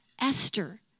Esther